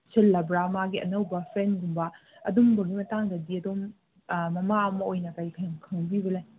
ꯁꯤꯜꯂꯕ꯭ꯔꯥ ꯃꯥꯒꯤ ꯑꯅꯧꯕ ꯐ꯭ꯔꯦꯟꯒꯨꯝꯕ ꯑꯗꯨꯝꯕꯒꯤ ꯃꯇꯥꯡꯗꯗꯤ ꯑꯗꯨꯝ ꯃꯃꯥ ꯑꯃ ꯑꯣꯏꯅ ꯀꯔꯤ ꯈꯪꯕꯤꯕ ꯂꯩ